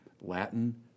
Latin